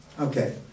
Okay